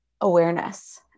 awareness